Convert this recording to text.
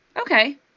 Okay